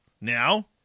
now